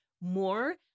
more